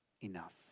enough